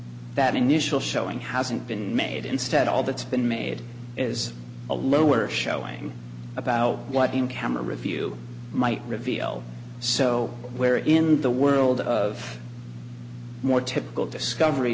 that initial showing hasn't been made instead all that's been made is a lower showing about what in camera review might reveal so we're in the world of more typical discovery